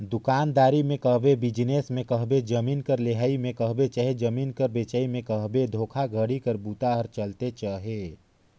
दुकानदारी में कहबे, बिजनेस में कहबे, जमीन कर लेहई में कहबे चहे जमीन कर बेंचई में कहबे धोखाघड़ी कर बूता हर चलते अहे